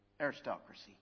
aristocracy